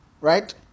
Right